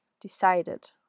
decided